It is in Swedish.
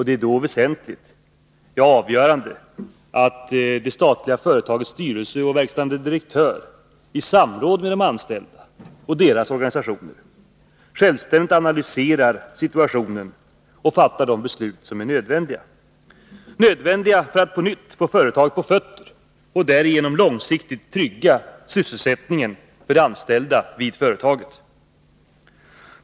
Det är då avgörande att de statliga företagens styrelse och verkställande direktör i samråd med de anställda och deras organisationer självständigt analyserar situationen och fattar de beslut som är nödvändiga för att på nytt få företaget på fötter och därigenom långsiktigt trygga sysselsättningen för de anställda vid företaget.